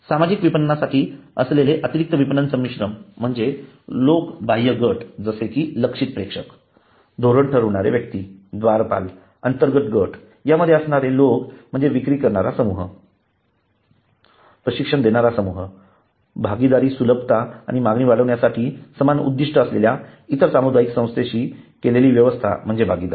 सामाजिक विपणनासाठी असलेले अतिरिक्त विपणन संमिश्रण म्हणजे लोक बाह्य गट जसे की लक्ष्यित प्रेक्षक धोरण ठरविणारे व्यक्ती द्वारपाल अंतर्गत गट या मध्ये असणारे लोक म्हणजे विक्री करणारा समूह प्रशिक्षण देणारा समूह भागीदारी सुलभता आणि मागणी वाढवण्यासाठी समान उद्दिष्ट असलेल्या इतर सामुदायिक संस्थेशी केलेली व्यवस्था म्हणजे भागीदारी